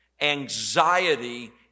Anxiety